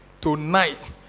tonight